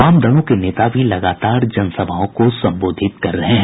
वाम दलों के नेता भी लगातार जनसभाओं को संबोधित कर रहे हैं